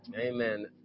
Amen